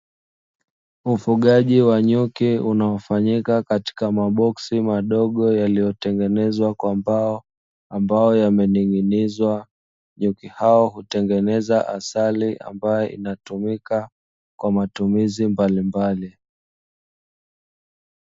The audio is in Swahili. Ufugaji wa nyuki unaofanyika katika maboksi madogo yaliyotengenezwa kwa mbao ambayo yamening'inizwa. Nyuki hao hutengeneza asali ambayo inatumika kwa matumizi mbalimbali.